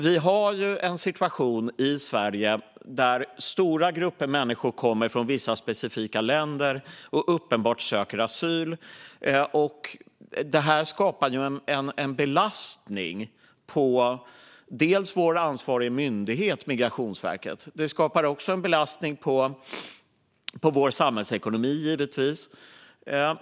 Vi har alltså en situation i Sverige där stora grupper av människor kommer från vissa specifika länder och söker asyl. Det här skapar en belastning på vår ansvariga myndighet, Migrationsverket, och givetvis också på vår samhällsekonomi.